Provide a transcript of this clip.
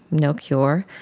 no cure,